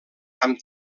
amb